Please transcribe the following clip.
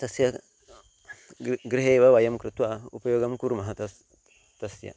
तस्य गृहे गृहे एव वयं कृत्वा उपयोगं कुर्मः तस्य तस्य